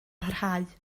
parhau